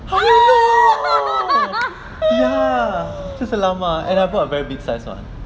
ah